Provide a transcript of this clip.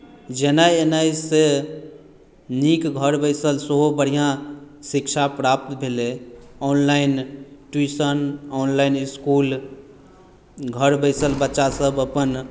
जेनाय एनायसँ नीक घर बैसल सेहो बढ़िआँ शिक्षा प्राप्त भेलै ऑनलाइन ट्यूशन ऑनलाइन इस्कुल घर बैसल बच्चासभ अपन